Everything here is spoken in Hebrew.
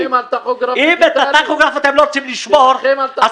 אם את הטכוגרף אתם לא רוצים לשמור אז